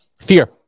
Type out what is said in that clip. Fear